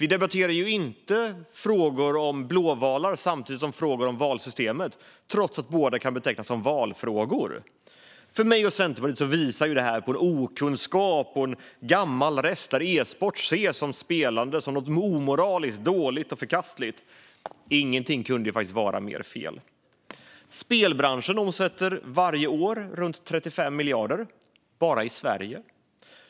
Vi debatterar ju inte frågor om blåvalar samtidigt som frågor om valsystemet, trots att båda kan betecknas som valfrågor. För mig och Centerpartiet visar det här på okunskap. Det är en gammal rest från när e-sport och spelande sågs som något omoraliskt, dåligt och förkastligt. Ingenting kunde vara mer fel! Spelbranschen omsätter varje år runt 35 miljarder bara i Sverige.